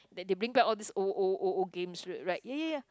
that they bring back all these old old old old games like ya ya ya